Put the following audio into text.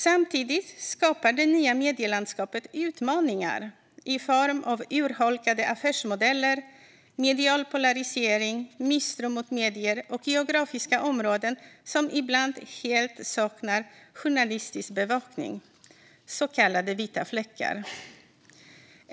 Samtidigt skapar det nya medielandskapet utmaningar i form av urholkade affärsmodeller, medial polarisering, misstro mot medier samt geografiska områden som ibland helt saknar journalistisk bevakning, så kallade vita fläckar.